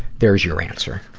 there's your answer.